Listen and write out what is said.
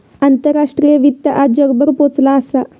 आंतराष्ट्रीय वित्त आज जगभर पोचला असा